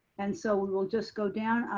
and so we will just go down.